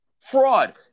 fraud